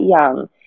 young